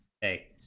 Hey